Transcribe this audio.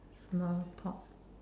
small pot